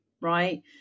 right